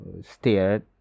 steered